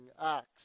acts